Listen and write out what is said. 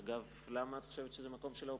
דרך אגב, למה את חושבת שזה מקום של האופוזיציה?